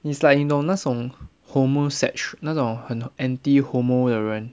it's like 你懂那种 homosexu~ 那种很 anti homo 的人